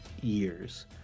years